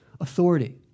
authority